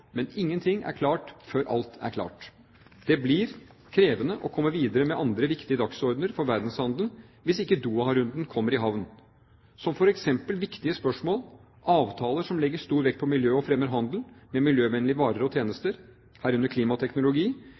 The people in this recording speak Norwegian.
men ingenting er klart før alt er klart. Det blir krevende å komme videre med andre viktige dagsordener for verdenshandelen hvis ikke Doha-runden kommer i havn, f.eks. viktige spørsmål som avtaler som legger stor vekt på miljø og fremmer handel med miljøvennlige varer og tjenester – herunder klimateknologi